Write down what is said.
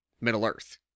Middle-earth